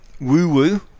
woo-woo